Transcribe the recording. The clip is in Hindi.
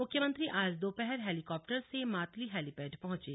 मुख्यमंत्री आज दोपहर हेलीकॉप्टर से मातली हेलीपैड पहुंचे